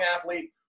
athlete